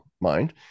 mind